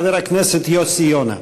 חבר הכנסת יוסי יונה.